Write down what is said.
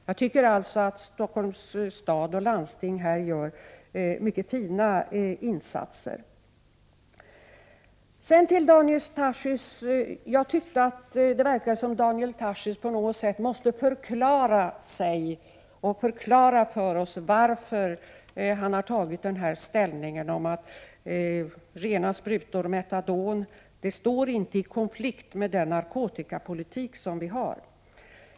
Jag tycker alltså att Stockholms stad och Stockholms landsting gör mycket fina insatser. Jag tyckte att det verkade som om Daniel Tarschys på något sätt måste förklara varför han har intagit sin ställning när det gäller att rena sprutor och metadon inte står i konflikt med den narkotikapolitik som vi för.